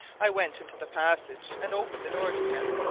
i went into the passage and opened the door to him.